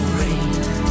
rain